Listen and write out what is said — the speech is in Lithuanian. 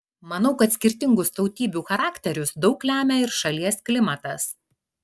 manau kad skirtingus tautybių charakterius daug lemia ir šalies klimatas